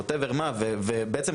אז בעצם,